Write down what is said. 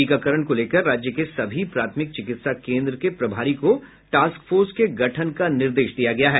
टीकाकरण को लेकर राज्य के सभी प्राथमिक चिकित्सा केन्द्र के प्रभारी को टास्क फोर्स के गठन का निर्देश दिया है